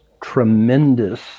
tremendous